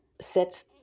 sets